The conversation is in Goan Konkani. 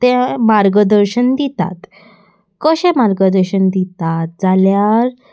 ते मार्गदर्शन दितात कशे मार्गदर्शन दितात जाल्यार